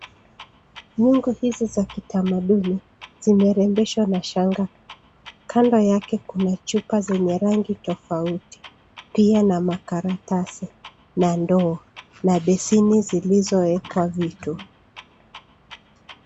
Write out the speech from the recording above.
Nyungu hizi za kitamaduni, zimerembeshwa na shanga. Kando yake kuna chupa zenye rangi tofauti, pia na makaratasi, na ndoo, na beseni silizoekwa vitu.